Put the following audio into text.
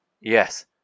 Yes